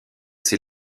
ses